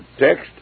text